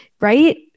Right